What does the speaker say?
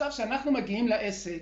כשאנחנו מדברים על עסק,